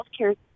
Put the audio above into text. healthcare